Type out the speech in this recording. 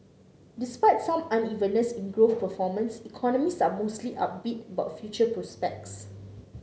despite some unevenness in growth performance economists are mostly upbeat about future prospects